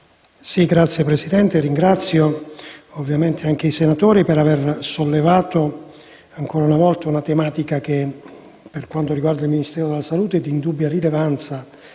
Signora Presidente, ringrazio i senatori per aver sollevato ancora una volta una tematica, per quanto riguarda il Ministro della salute, di indubbia rilevanza